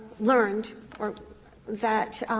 learned that